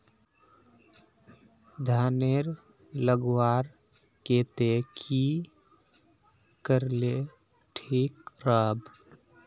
धानेर लगवार केते की करले ठीक राब?